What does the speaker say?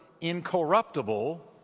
incorruptible